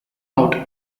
out